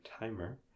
timer